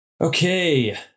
Okay